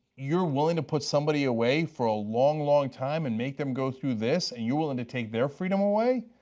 you are willing to put somebody away for a long long time and make them go through this and you are willing to take their freedom away?